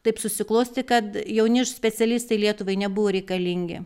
taip susiklostė kad jauni specialistai lietuvai nebuvo reikalingi